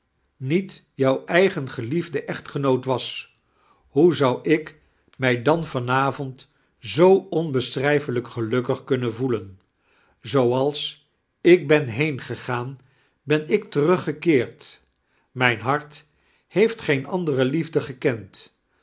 niet jou eigen geliefde echtgenoot was hoe zou ik mij dan van avond zoo onbesehrijfelijk gejukkig kunnen voelen zooals ik ben heengegaan ben ik tearuggekeerd mijn hart heeft geen andere liefde gekend